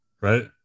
Right